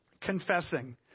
confessing